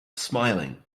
smiling